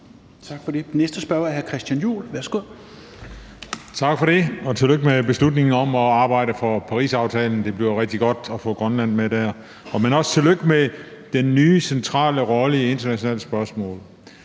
næste spørger er hr. Christian Juhl.